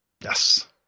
yes